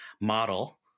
model